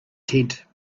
tent